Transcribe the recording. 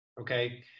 okay